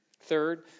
Third